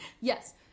Yes